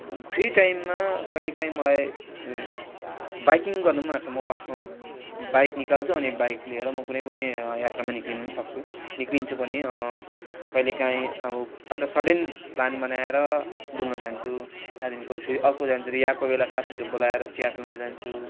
free time कहिलेकहीँ मलाई biking गर्नु नि मन लाग्छ म आफ्नो बाइक निकाल्छु अनि बाइक लिएर म कुनै पनि यात्रामा निक्लिनु नि सक्छु निक्लिन्छु पनि कहिलेकहीँ अब सडन प्लान बनाएर डुल्नु जान्छु त्यहाँदेखिको फेरि अर्को जान्छु या कोही बेला साथीहरू बोलाएर चिया पिउन जान्छु